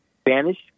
Spanish